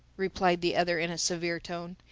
replied the other, in a severe tone,